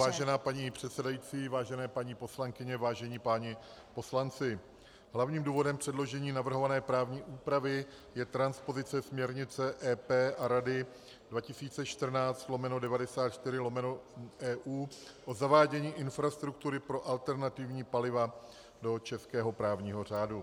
Vážená paní předsedající, vážené paní poslankyně, vážení páni poslanci, hlavním důvodem předložení navrhované právní úpravy je transpozice směrnice EP a Rady 2014/94/EU o zavádění infrastruktury pro alternativní paliva do českého právního řádu.